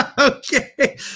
Okay